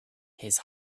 his